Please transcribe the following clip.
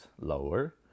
lower